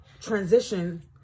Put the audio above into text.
transition